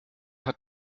hat